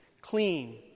clean